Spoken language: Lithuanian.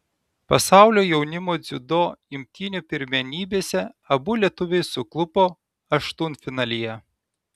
pasaulio jaunimo dziudo imtynių pirmenybėse abu lietuviai suklupo aštuntfinalyje